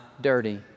dirty